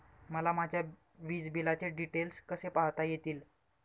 मला माझ्या वीजबिलाचे डिटेल्स कसे पाहता येतील?